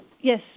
Yes